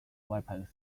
weapons